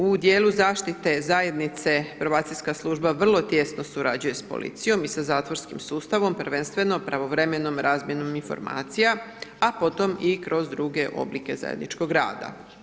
U dijelu zaštite zajednice probacijska služba vrlo tijesno surađuje s policijom i sa zatvorskim sustavom, prvenstveno pravovremenom razmjenom informacija, a potom i kroz druge oblike zajedničkog rada.